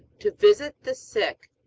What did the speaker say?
to visit the sick,